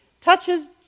touches